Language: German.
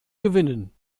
gewinnen